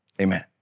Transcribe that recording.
amen